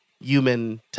human